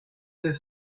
her